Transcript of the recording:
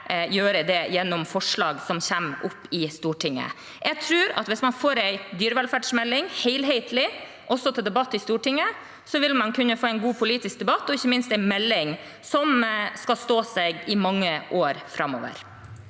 gjøre det gjennom forslag som kommer opp i Stortinget. Jeg tror at hvis man får en helhetlig dyrevelferdsmelding, også til debatt i Stortinget, vil man kunne få en god politisk debatt – og ikke minst en melding som skal stå seg i mange år framover.